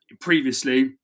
previously